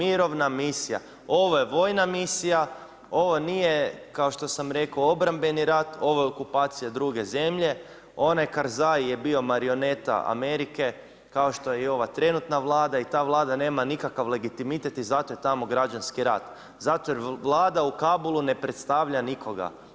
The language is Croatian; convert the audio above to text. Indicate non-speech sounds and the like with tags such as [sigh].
Ovo je vojna misija, ovo nije kao što sam rekao obrambeni rat, ovo je okupacija druge zemlje, onaj… [unintelligible] je bio marioneta Amerike kao što je i ova trenutna Vlada i ta Vlada nema nikakav legitimitet i zato je tamo građanski rat, zato jer Vlada u Kabulu ne predstavlja nikoga.